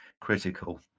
critical